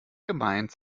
gemeint